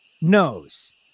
knows